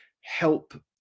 help